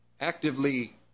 actively